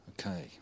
Okay